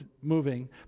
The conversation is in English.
moving